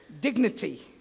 Dignity